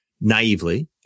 naively